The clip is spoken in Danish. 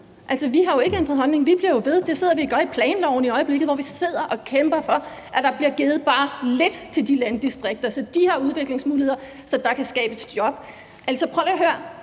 Altså, vi har jo ikke ændret holdning. Vi bliver jo ved, og det gør vi i forhold til planloven i øjeblikket, hvor vi sidder og kæmper for, at der bliver givet bare lidt til de landdistrikter, så de har udviklingsmuligheder, så der kan skabes job. Prøv at høre: